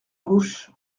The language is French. gauche